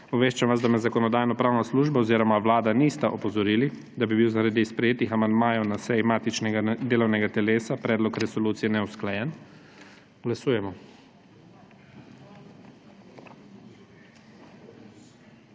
Obveščam vas, da me Zakonodajno-pravna služba oziroma Vlada nista opozorili, da bi bil zaradi sprejetih amandmajev na seji matičnega delovnega teles predlog resolucije neusklajen. Glasujemo.